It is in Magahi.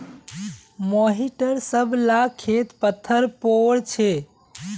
मोहिटर सब ला खेत पत्तर पोर छे